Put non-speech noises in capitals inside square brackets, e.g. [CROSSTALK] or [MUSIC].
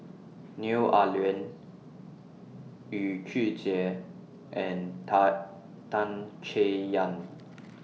Neo Ah Luan Yu Zhuye and Ta Tan Chay Yan [NOISE]